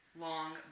long